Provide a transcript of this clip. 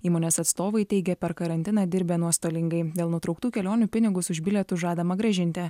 įmonės atstovai teigė per karantiną dirbę nuostolingai dėl nutrauktų kelionių pinigus už bilietus žadama grąžinti